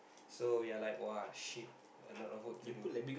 so we are like !wah! shit a lot of work to do